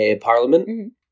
parliament